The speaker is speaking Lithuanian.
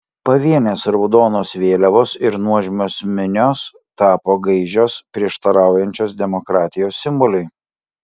pavienės raudonos vėliavos ir nuožmios minios tapo gaižios prieštaraujančios demokratijos simboliui